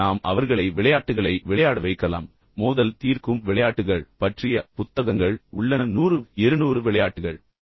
நாம் அவர்களை விளையாட்டுகளை விளையாட வைக்கலாம் உண்மையில் மோதல் தீர்க்கும் விளையாட்டுகள் பற்றிய புத்தகங்கள் உள்ளன 100 விளையாட்டுகள் 200 விளையாட்டுகள்